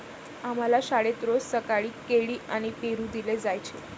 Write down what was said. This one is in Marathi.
आम्हाला शाळेत रोज सकाळी केळी आणि पेरू दिले जायचे